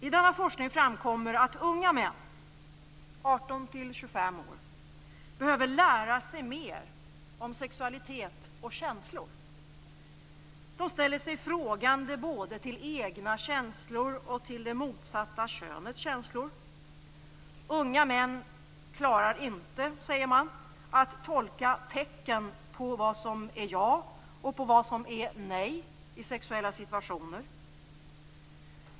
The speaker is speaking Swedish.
I detta projekt har det framkommit att unga män 18-25 år behöver lära sig mera om sexualitet och känslor. De ställer sig frågande till både sina egna känslor och det motsatta könets känslor. Unga män klarar inte, säger man, att tolka tecken på vad som är ja och vad som är nej i sexuella situationer.